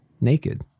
naked